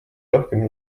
rohkem